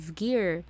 gear